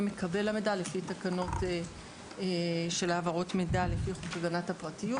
מקבל המידע לפי תקנות של העברות מידע לפי חוק הגנת הפרטיות,